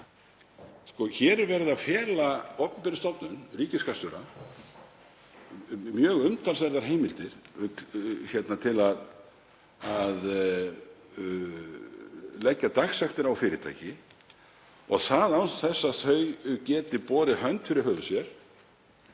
Hér er verið að fela opinberum stofnunum ríkisskattstjóra mjög umtalsverðar heimildir til að leggja dagsektir á fyrirtæki og það án þess að þau geti borið hönd fyrir höfuð sér